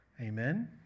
amen